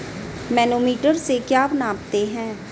Manometer से क्या नापते हैं?